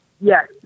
Yes